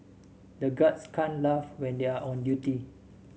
the guards can't laugh when they are on duty